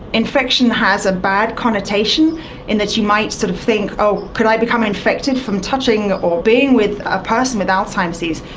infection has a bad connotation in that you might sort of think, oh, could i become infected from touching or being with a person with alzheimer's disease?